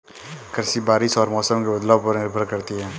कृषि बारिश और मौसम के बदलाव पर निर्भर करती है